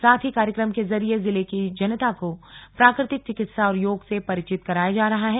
साथ ही कार्यक्रम के जरिए जिले की जनता को प्राकृतिक चिकित्सा और योग से परिचित कराया जा रहा है